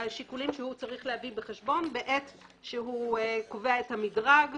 שיקולים שהוא צריך להביא בחשבון בעת שהוא קובע את המדרג.